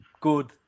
good